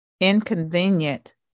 inconvenient